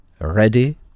ready